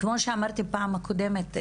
כמו שאמרתי בפעם הקודמת,